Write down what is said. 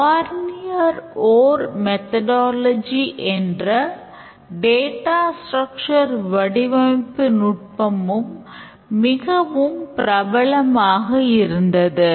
வறினர் ஓர் மெதொடாலஜி வடிவமைப்பு நுட்பமும் மிகவும் பிரபலமாக இருந்தது